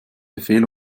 befehl